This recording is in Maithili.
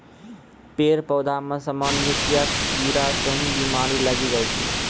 पेड़ पौधा मॅ सामान्यतया कीड़ा स ही बीमारी लागी जाय छै